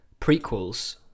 prequels